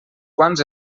quants